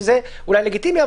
שזה אולי לגיטימי,